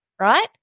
right